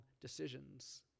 decisions